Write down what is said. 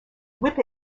whip